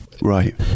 Right